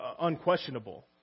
unquestionable